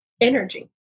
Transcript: energy